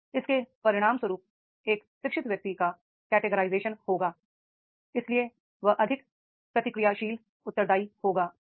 और इसके परिणामस्वरूप एक शिक्षित व्यक्ति का कैटिगराइजेशन होगा इसलिए वह अधिक प्रतिक्रियाशील उत्तरदायी होगा